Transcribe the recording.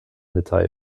detail